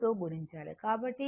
కాబట్టి ఇది 2 sin cos అవుతుంది